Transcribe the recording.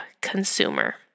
consumer